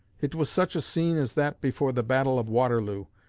it was such a scene as that before the battle of waterloo,